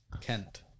Kent